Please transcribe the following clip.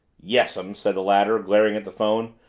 yes'm, said the latter, glaring at the phone.